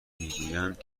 میگویند